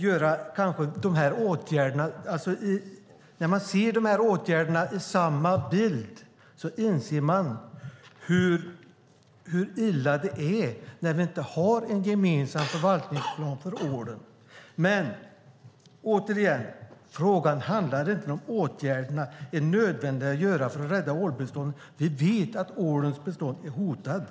När man i samma bild ser de här åtgärderna inser man hur illa det är när vi inte har en gemensam förvaltningsplan för ålen. Återigen, frågan handlar inte om åtgärderna är nödvändiga att vidta för att rädda ålbeståndet. Vi vet att ålens bestånd är hotat.